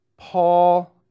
Paul